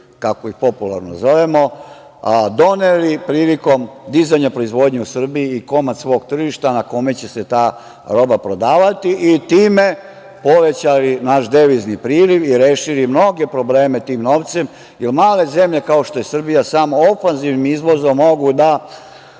kako ih popularno zovemo, doneli prilikom dizanja proizvodnje u Srbiji i komad svog tržišta na kome će se ta roba prodati i time povećali naš devizni priliv i rešili mnoge probleme tim novcem. Male zemlje, kao što je Srbija, samo ofanzivnim izvozom mogu da